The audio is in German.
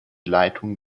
leitung